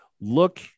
look